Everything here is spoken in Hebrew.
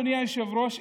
אדוני היושב-ראש,